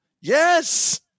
Yes